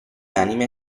anime